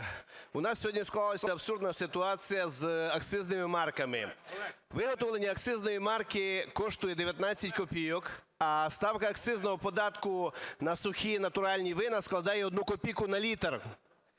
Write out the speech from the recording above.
У нас сьогодні склалася абсурдна ситуація з акцизними марками. Виготовлення акцизної марки коштує 19 копійок, а ставка акцизного податку на сухі натуральні вина складає 1 копійку на літр.